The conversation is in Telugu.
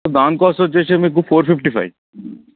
దాని కాస్ట్ వచ్చేసి మీకు ఫోర్ ఫిఫ్టీ ఫైవ్